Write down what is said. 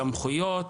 סמכויות,